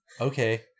Okay